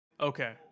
okay